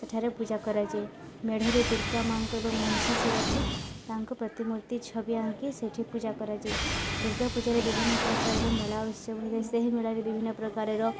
ସେଠାରେ ପୂଜା କରାଯାଏ ମେଢ଼ରେ ଦୁର୍ଗା ମା'ଙ୍କର ମହିଷାସୂରକୁ ତାଙ୍କ ପ୍ରତିମୂର୍ତ୍ତି ଛବି ଆଙ୍କି ସେଠି ପୂଜା କରାଯାଏ ଦୂର୍ଗା ପୂଜାରେ ବିଭିନ୍ନ ପ୍ରକାରର ମେଳା ଉତ୍ସବ ହୋଇଥାଏ ସେହି ମେଳାରେ ବିଭିନ୍ନ ପ୍ରକାରର